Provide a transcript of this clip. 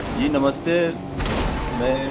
जी नमस्ते मैं